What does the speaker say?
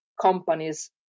companies